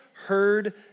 heard